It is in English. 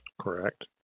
Correct